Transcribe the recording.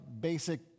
basic